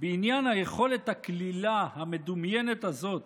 בעניין היכולת הקלילה המדומיינת הזאת